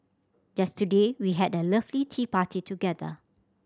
just today we had a lovely tea party together